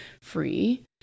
free